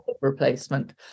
replacement